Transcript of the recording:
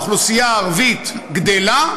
האוכלוסייה הערבית גדלה,